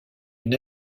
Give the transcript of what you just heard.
une